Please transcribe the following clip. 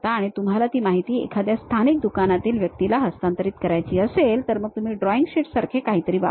आणि तुम्हाला ती माहिती एखाद्या स्थानिक दुकानातील व्यक्तीला हस्तांतरित करायची असेल तर मग तुम्ही ड्रॉइंग शीटसारखे काहीतरी वापरता